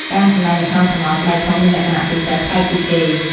ការសម្តែងល្ខោនស្រមោលស្បែកធំមានលក្ខណៈពិសេសប្លែកពីគេ។